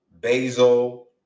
basil